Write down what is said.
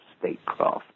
statecraft